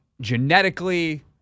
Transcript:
genetically